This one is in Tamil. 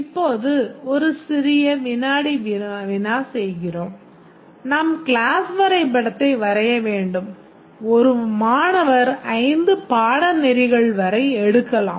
இப்போது ஒரு சிறிய வினாடி வினா செய்கிறோம் நாம் கிளாஸ் வரைபடத்தை வரைய வேண்டும் ஒரு மாணவர் 5 பாடநெறிகள் வரை எடுக்கலாம்